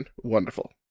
Wonderful